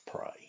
pray